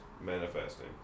manifesting